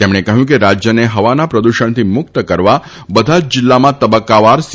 તેમણે કહ્યું કે રાજ્યને હવાના પ્રદૂષણથી મુક્ત કરવા બધા જ જીલ્લામાં તબક્કાવાર સી